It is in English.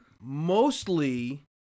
mostly